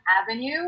avenue